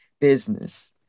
business